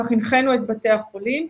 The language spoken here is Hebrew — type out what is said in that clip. כך הנחנו את בתי החולים.